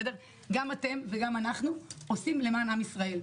גם אתם וגם אנחנו עושים למען עם ישראל.